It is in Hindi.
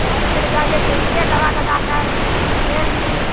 अरे ले जाइए देखिए दवा लगाकर तेल भी